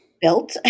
Built